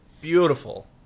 Beautiful